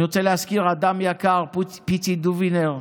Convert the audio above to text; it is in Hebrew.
אני רוצה להזכיר אדם יקר, פיצ'י דובינר,